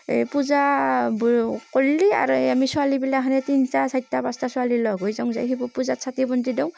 এই পূজাবোৰ কৰিলে আৰু এই আমি ছোৱালীবিলাখানে তিনিটা চাৰিটা পাঁচটা ছোৱালী লগ হৈ যাওঁ যাই শিৱ পূজাত চাকি বন্তি দিওঁ